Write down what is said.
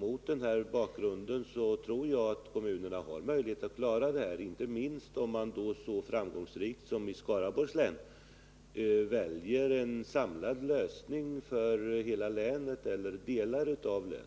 Mot den bakgrunden tror jag att kommunerna har möjlighet att klara avfallshanteringen, inte minst om man så framgångsrikt som i Skaraborgs län väljer en samlad lösning för hela länet eller delar av länet.